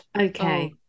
okay